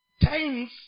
times